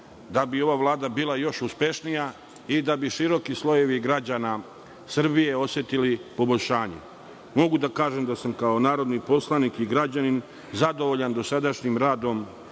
da bi ova Vlada bila još uspešnija i da bi široki slojevi građana Srbije osetili poboljšanje. Mogu da kažem da sam kao narodni poslanik i građanin zadovoljan dosadašnjim radom